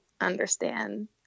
understand